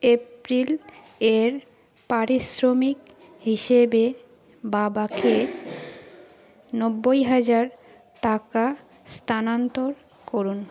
April এর পারিশ্রমিক হিসেবে বাবাকে নব্বই হাজার টাকা স্থানান্তর করুন